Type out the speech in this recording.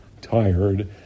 tired